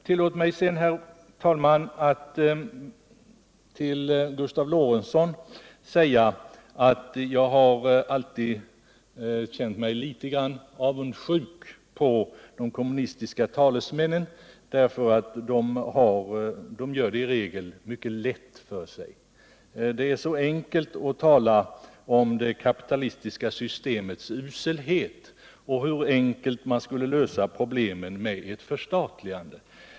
Tillåt mig sedan, herr talman, att till Gustav Lorentzon säga att jag alltid har känt mig litet avundsjuk på de kommunistiska talesmännen därför att de gör det så lätt för sig. Det är så enkelt att tala om det kapitalistiska systemets uselhet och om hur enkelt man skulle lösa problemet med ett förstatligande.